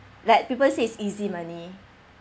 like people say is easy money